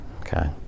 okay